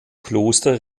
kloster